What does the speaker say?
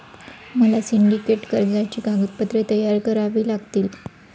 मला सिंडिकेट कर्जाची कागदपत्रे तयार करावी लागतील